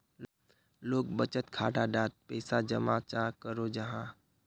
लोग बचत खाता डात पैसा जमा चाँ करो जाहा?